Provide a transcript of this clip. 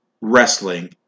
wrestling